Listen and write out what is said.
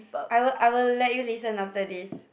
I will I will let you listen after this